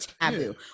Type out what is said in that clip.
taboo